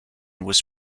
was